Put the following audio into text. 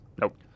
Nope